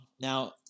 Now